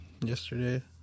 Yesterday